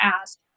ask